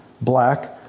black